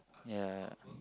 ya